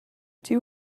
two